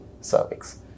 cervix